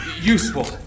useful